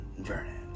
Vernon